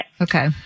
Okay